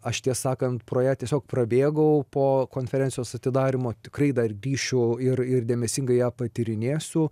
aš tiesą sakant pro ją tiesiog prabėgau po konferencijos atidarymo tikrai dar grįšiu ir ir dėmesingai ją patyrinėsiu